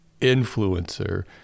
influencer